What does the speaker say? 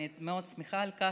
ואני מאוד שמחה על כך.